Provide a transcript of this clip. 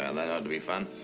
and that ought to be fun.